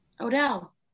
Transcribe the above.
Odell